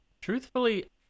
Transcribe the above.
Truthfully